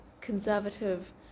conservative